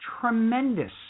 tremendous